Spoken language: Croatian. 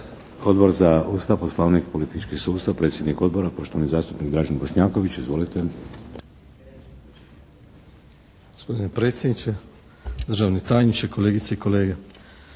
Odbor za Ustav, Poslovnik i politički sustav, predsjednik Odbora poštovani zastupnik Dražen Bošnjaković. Izvolite. **Bošnjaković, Dražen (HDZ)** Gospodine predsjedniče, državni tajniče, kolegice i kolege.